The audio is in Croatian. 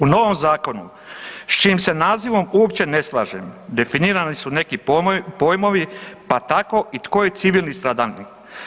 U novom zakonu s čijim se nazivom uopće ne slažem, definirani su neki pojmovi pa tako i tko je civilni stradalnik.